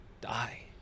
die